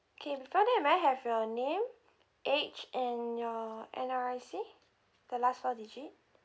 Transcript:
K before that may I have your name age and your N_R_I_C the last four digit